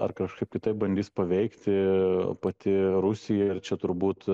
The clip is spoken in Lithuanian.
ar kažkaip kitaip bandys paveikti pati rusija ir čia turbūt